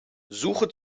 suche